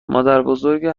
مادربزرگ